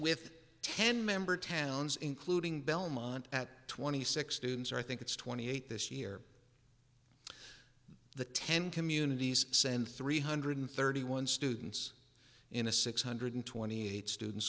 with ten member towns including belmont at twenty six students i think it's twenty eight this year the ten communities send three hundred thirty one students in a six hundred twenty eight students